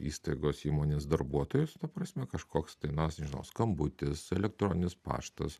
įstaigos įmonės darbuotojus ta prasme kažkoks tai na nežinau skambutis elektroninis paštas